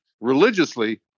religiously